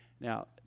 Now